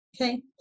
okay